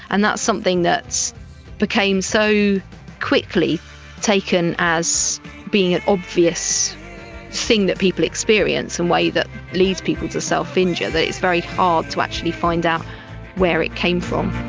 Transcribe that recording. and that's something that became so quickly taken as being an obvious thing that people experience and way that leads people to self-injure, that it's very hard to actually find out where it came from.